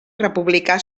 republicà